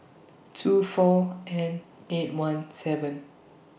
two four N eight one seven